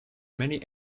many